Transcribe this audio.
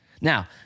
Now